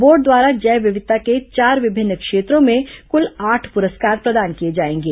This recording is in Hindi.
बोर्ड द्वारा जैव विविधता के चार विभिन्न क्षेत्रों में क्ल आठ प्रस्कार प्रदान किए जाएंगे